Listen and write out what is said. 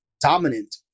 dominant